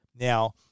Now